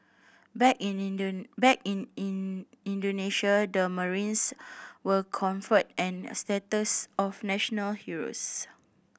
back in back in in Indonesia the marines were conferred and status of national heroes